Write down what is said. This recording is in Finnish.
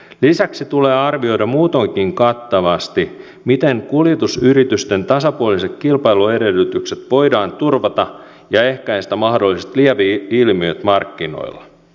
lisäksi tulee arvioida muutoinkin kattavasti miten kuljetusyritysten tasapuoliset kilpailun edellytykset voidaan turvata ja ehkäistä mahdolliset lieveilmiöt markkinoilla